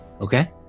Okay